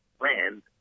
land